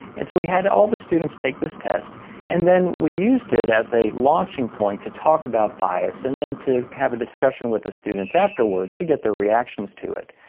and so we had all the students take this test and then we used it as a launching point to talk about bias and then to have a discussion with the students afterwards to get their reactions to it.